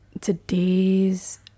today's